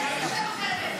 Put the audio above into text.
זה לא נכון.